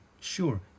sure